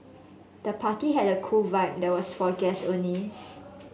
the party had a cool vibe but was for guests only